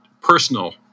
personal